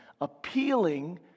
appealing